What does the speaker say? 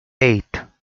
eight